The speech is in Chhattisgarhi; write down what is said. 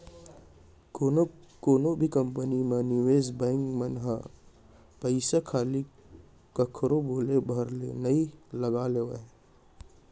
कोनो भी कंपनी म निवेस बेंक मन ह पइसा खाली कखरो बोले भर ले नइ लगा लेवय